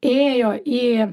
ėjo į